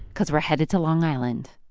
cause we're headed to long island.